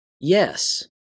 Yes